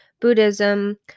Buddhism